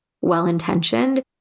well-intentioned